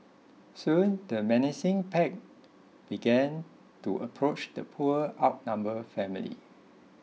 soon the menacing pack began to approach the poor outnumber family